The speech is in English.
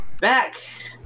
back